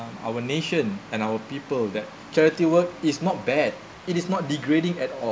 our nation and our people that charity work is not bad it is not degrading at all